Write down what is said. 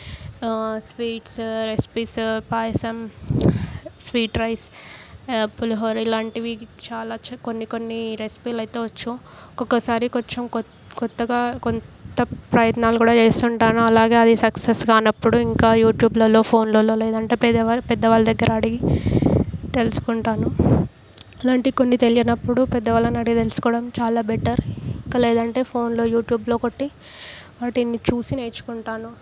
sweets recipes payasam sweet rice pulihora ఇలాంటివి చాలా వచ్చు కొన్ని కొన్ని రెసిపీలు అయితే వచ్చు ఒక్కొక్కసారి కొంచెం కొత్ కొత్తగా కొంత ప్రయత్నాలు కూడా చేస్తుంటాను అలాగే అది సక్సెస్ కానప్పుడు ఇంకా యూట్యూబ్లలో ఫోన్లలో లేదంటే పేదవాళ్ళు పెద్ద వాళ్ళ దగ్గర అడిగి తెలుసుకుంటాను అలాంటి కొన్ని తెలియనప్పుడు పెద్దవాళ్ళను అడిగి తెలుసుకోవడం చాలా బెటర్ ఇంకా లేదంటే ఫోన్లో యూట్యూబ్లో కొట్టి వాటిని చూసి నేర్చుకుంటాను